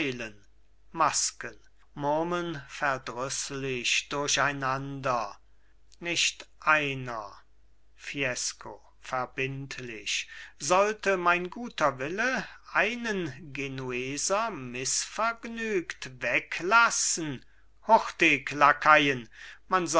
masken murmeln verdrießlich durcheinander nicht einer fiesco verbindlich sollte mein guter wille einen genueser mißvergnügt weglassen hurtig lakaien